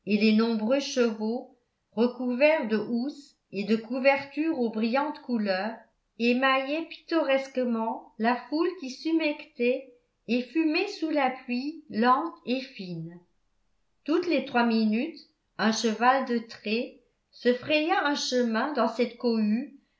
nombreux chevaux recouverts de housses et de couvertures aux brillantes couleurs émaillaient pittoresquement la foule qui s'humectait et fumait sous la pluie lente et fine toutes les trois minutes un cheval de trait se frayait un chemin dans cette cohue